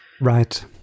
Right